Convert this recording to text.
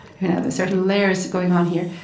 you know, the certain layers going on here.